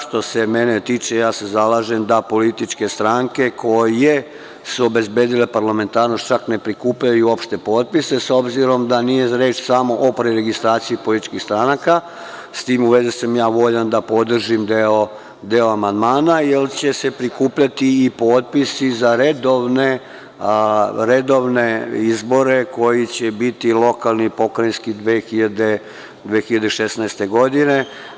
Što se mene tiče, ja se zalažem da političke stranke koje su obezbedile parlamentarnost, čak ne prikupljaju uopšte potpise, s obzirom da nije reč samo o preregistraciji političkih stranaka i sa tim u vezi sam ja voljan da podržim deo amandmana, jer će se prikupljati potpisi za redovne izbore koji će biti lokalni, pokrajinski, 2016. godine.